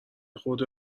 خورده